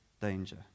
danger